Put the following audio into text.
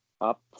up